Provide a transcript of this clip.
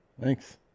Thanks